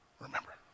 Remember